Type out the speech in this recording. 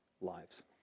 lives